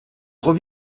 trop